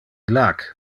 illac